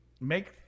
make